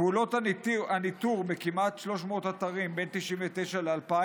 פעולות הניטור כמעט ב-300 אתרים בין 1999 ל-2000